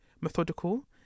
methodical